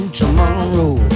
tomorrow